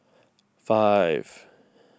five